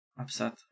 upset